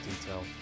detail